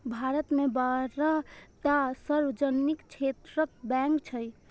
भारत मे बारह टा सार्वजनिक क्षेत्रक बैंक छै